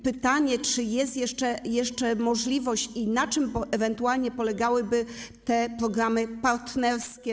Pytanie: Czy jest jeszcze możliwość i na czym ewentualnie polegałyby te programy partnerskie?